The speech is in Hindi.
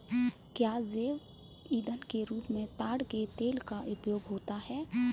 क्या जैव ईंधन के रूप में ताड़ के तेल का उपयोग होता है?